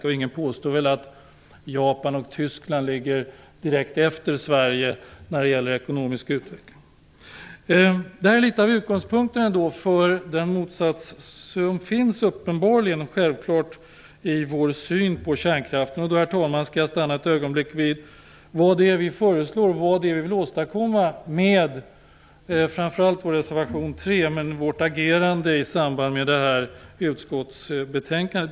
Och ingen påstår väl att Japan och Tyskland ligger direkt efter Sverige när det gäller ekonomisk utveckling. Det här är några av utgångspunkterna för den uppenbara motsats som självklart finns i vår syn på kärnkraft. Herr talman! Jag skall stanna ett ögonblick vid vad det är vi föreslår och vad det är vi vill åstadkomma med framför allt vår reservation 3, och med vårt agerande i det här sammanhanget.